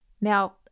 Now